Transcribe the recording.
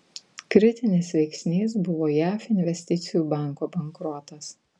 kritinis veiksnys buvo jav investicijų banko bankrotas